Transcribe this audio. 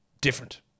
different